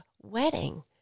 wedding